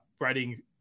writing